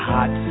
Hot